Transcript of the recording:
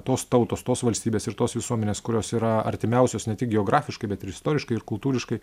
tos tautos tos valstybės ir tos visuomenės kurios yra artimiausios ne tik geografiškai bet ir istoriškai ir kultūriškai